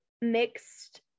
mixed